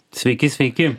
sveiki sveiki